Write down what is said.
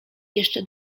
jeszcze